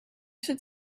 should